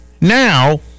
now